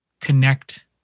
connect